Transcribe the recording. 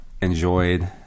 enjoyed